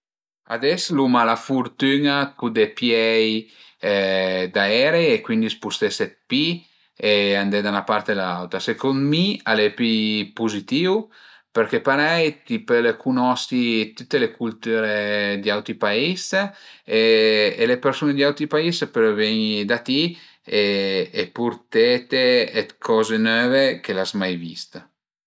Ades l'uma la furtüna dë pudé pié i aerei e cuindi spustese d'pi e andé da 'na part e da l'auta. Secund mi al e pi puzitìu perché parei ti pöle cunosi tüte le cultüre di auti pais e le persun-e di auti pais pölu ven-i da ti e purtete d'coze növe che l'as mai vist